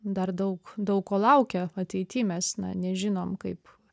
dar daug daug ko laukia ateity mes na nežinom kaip